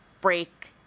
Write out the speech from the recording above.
break